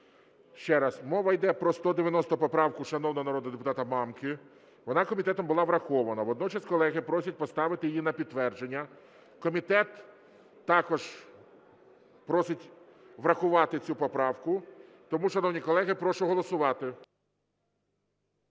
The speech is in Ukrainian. Ще раз, мова йде про 190 поправку шановного народного депутата Мамки. Вона комітетом була врахована. Водночас колеги просять поставити її на підтвердження. Комітет також просить врахувати цю поправку. Тому, шановні колеги, прошу голосувати.